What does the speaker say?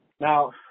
Now